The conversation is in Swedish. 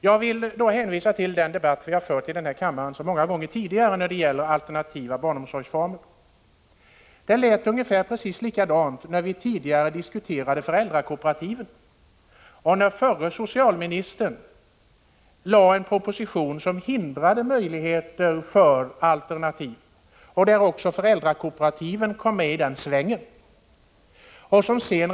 Jag vill hänvisa till den debatt som vi har fört i denna kammare så många gånger tidigare om alternativa barnomsorgsformer. Det lät ungefär likadant när vi tidigare diskuterade föräldrakooperativen. Förre socialministern lade fram en proposition med förslag om hinder för alternativa möjligheter, och i den svängen kom föräldrakooperativen med.